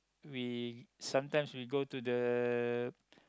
we sometimes we go to the